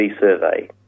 survey